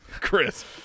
Chris